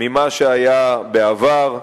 ממה שהיה בעבר,